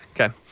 Okay